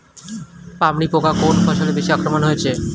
পামরি পোকা কোন ফসলে বেশি আক্রমণ হয়েছে?